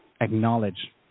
acknowledge